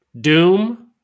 doom